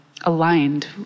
aligned